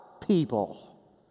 people